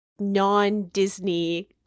non-Disney